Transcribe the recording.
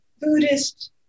Buddhist